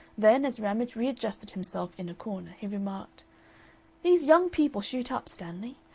then, as ramage readjusted himself in a corner, he remarked these young people shoot up, stanley.